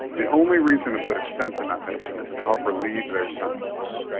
the only reason to put a stent in that patient is to help relieve their symptoms.